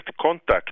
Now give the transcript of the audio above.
contact